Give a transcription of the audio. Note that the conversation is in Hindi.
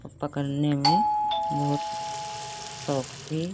और पकड़ने में बहुत शौक थी